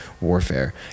warfare